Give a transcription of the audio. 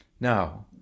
Now